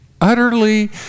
utterly